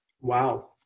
Wow